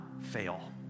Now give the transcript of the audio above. fail